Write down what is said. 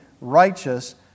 righteous